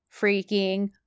freaking